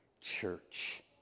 church